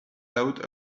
out